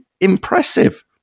impressive